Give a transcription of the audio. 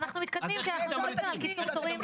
אנחנו מתקדמים כי אנחנו מדברים פה על קיצור טורים,